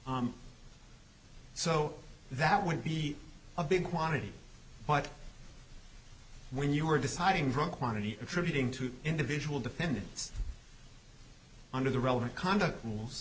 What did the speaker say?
so that would be a big quantity but when you are deciding from quantity attributing to individual defendants under the relevant conduct rules